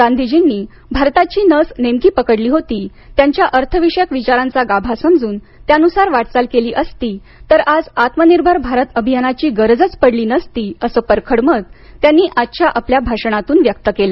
गांधीजींनी भारताची नस नेमकी पकडली होती त्यांच्या अर्थविषयक विचारांचा गाभा समजून त्यानुसार वाटचाल केली असती तर आज आत्मनिर्भर भारत अभियानाची गरजच पडली नसती असं परखड मत त्यांनी आजच्या आपल्या भाषणातून व्यक्त केलं